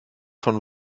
von